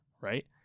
right